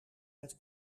met